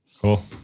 Cool